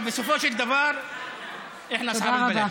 אבל בסופו של דבר (אומר בערבית: אנחנו בעלי המקום.) תודה רבה.